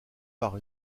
par